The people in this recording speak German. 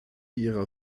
ihrer